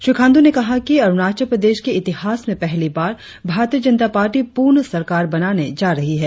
श्री खांडू ने कहा कि अरुणाचल प्रदेश के इतिहास में पहली बार भारतीय जनता पार्टी पूर्ण सरकार बनाने जा रही है